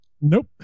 Nope